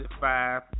five